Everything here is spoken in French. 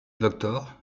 doctor